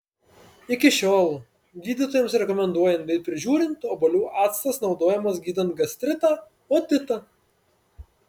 iki šiol gydytojams rekomenduojant bei prižiūrint obuolių actas naudojamas gydant gastritą otitą